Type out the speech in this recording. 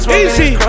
easy